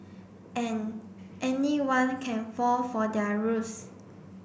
and anyone can fall for their ruse